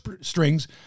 strings